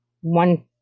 One